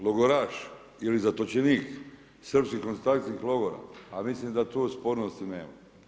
Logoraš ili zatočenik srpskih koncentracijskih logora a mislim da tu spornosti nema.